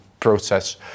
process